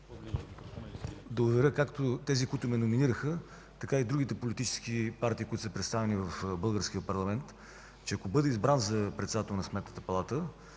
да уверя както тях, така и другите политически партии, които са представени в българския парламент, че ако бъда избран за председател на Сметната палата,